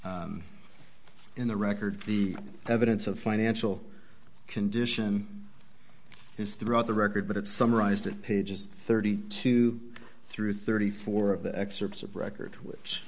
is in the record the evidence of financial condition is throughout the record but it summarized it pages thirty two through thirty four of the excerpts of record which